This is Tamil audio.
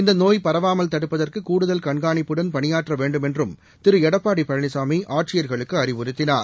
இந்த நோய் பரவாமல் தடுப்பதற்கு கூடுதல் கண்காணிப்புடன் பணியாற்ற வேண்டுமென்றும் திரு எடப்பாடி பழனிசாமி ஆட்சியர்களுக்கு அறிவுறுத்தினார்